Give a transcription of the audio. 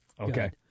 okay